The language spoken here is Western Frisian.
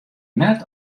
net